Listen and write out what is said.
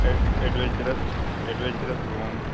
adventurous भी adventurous घूम